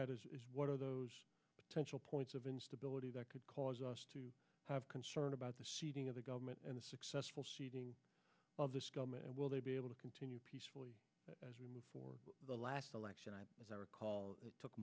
at is what are those potential points of instability that could cause us to have concern about the seating of the government and the successful will they be able to continue peacefully as we move for the last election i recall it took